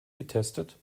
getestet